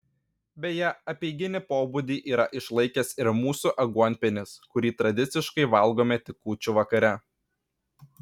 beje apeiginį pobūdį yra išlaikęs ir mūsų aguonpienis kurį tradiciškai valgome tik kūčių vakare